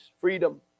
freedom